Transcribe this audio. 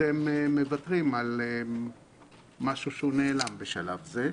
אתם מוותרים על משהו שהוא נעלם בשלב זה.